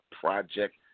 project